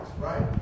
right